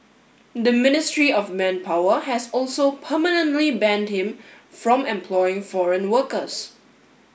the Ministry of Manpower has also permanently banned him from employing foreign workers